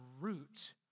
root